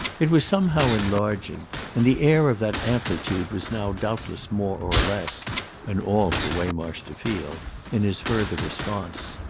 it was somehow enlarging and the air of that amplitude was now doubtless more or less and all for waymarsh to feel in his further response.